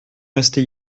rester